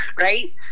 right